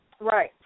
Right